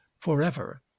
forever